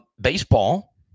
Baseball